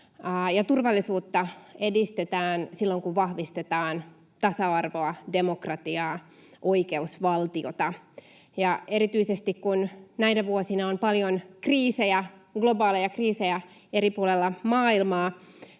turvallisuutta edistetään silloin, kun vahvistetaan tasa-arvoa, demokratiaa ja oikeusvaltiota. Ja erityisesti, kun näinä vuosina on paljon globaaleja kriisejä eri puolilla maailmaa,